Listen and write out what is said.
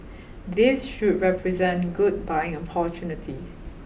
this should represent good buying opportunity